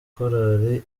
korali